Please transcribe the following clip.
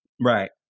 Right